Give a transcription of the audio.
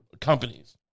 companies